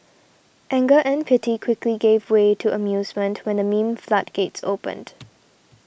anger and pity quickly gave way to amusement when the meme floodgates opened